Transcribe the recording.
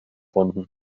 erfunden